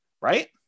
right